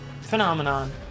phenomenon